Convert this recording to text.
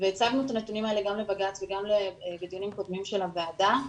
הצגנו את הנתונים האלה גם לבג"צ וגם בדיונים קודמים של הוועדה,